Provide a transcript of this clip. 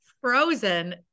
frozen